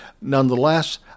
Nonetheless